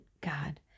God